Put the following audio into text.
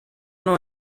know